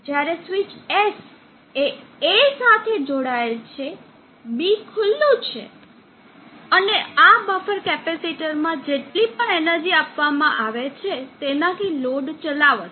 જ્યારે switch S એ A સાથે જોડાયેલ છે B ખુલ્લું છે અને આ બફર કેપેસિટરમાં જેટલી પણ એનર્જી આપવામાં આવે છે તેનાથી લોડ ચલાવશે